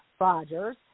Rogers